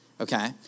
Okay